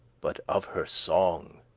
but of her song,